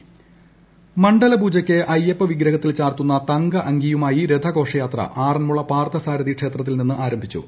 voice Sabarimala മണ്ഡലപൂജക്ക് അയ്യപ്പ വിഗ്രഹത്തിൽ ചാർത്തുന്ന തങ്ക അങ്കിയുമായി രഥഘോഷയാത്ര ആറൻമുള പാർത്ഥസാരഥി ക്ഷേത്രത്തിൽ നിന്ന് ആരംഭിച്ചു